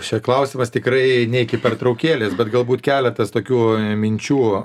čia klausimas tikrai ne iki pertraukėlės bet galbūt keletas tokių minčių